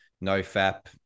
no-fap